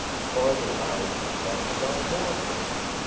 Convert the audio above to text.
farther out, bud saw more fish.